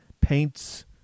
Paints